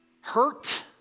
hurt